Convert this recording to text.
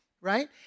right